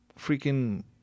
freaking